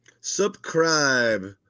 Subscribe